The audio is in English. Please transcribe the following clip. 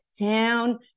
down